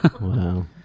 Wow